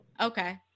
Okay